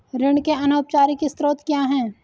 ऋण के अनौपचारिक स्रोत क्या हैं?